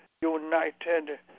united